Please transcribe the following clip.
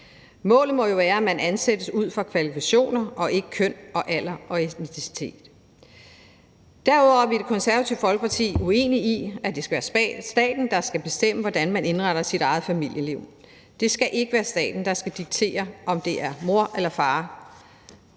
Målet må jo være, at man ansættes ud fra kvalifikationer og ikke køn, alder og etnicitet. Derudover er vi i Det Konservative Folkeparti uenige i, at det skal være staten, der skal bestemme, hvordan man indretter sit eget familieliv. Det skal ikke være staten, der skal diktere, om det er mor eller far,